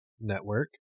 Network